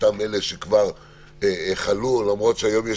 לאותם אלה שכבר חלו למרות שהיום כבר יש